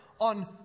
on